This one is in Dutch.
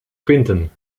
quinten